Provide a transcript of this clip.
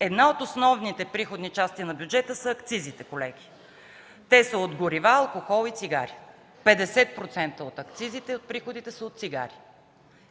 Една от основните приходни части на бюджета са акцизите, колеги. Те са от горива, алкохол и цигари – 50% от акцизите и приходите са от цигари.